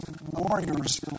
warriors